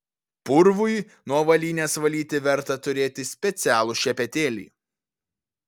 purvui nuo avalynės valyti verta turėti specialų šepetėlį